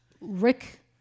Rick